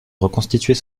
reconstituer